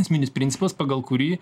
esminis principas pagal kurį